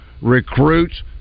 recruits